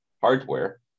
hardware